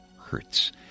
hurts